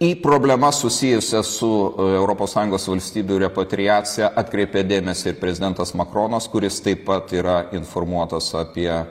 į problemas susijusias su europos sąjungos valstybių repatriacija atkreipė dėmesį ir prezidentas makronas kuris taip pat yra informuotas apie